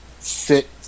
sit